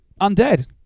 Undead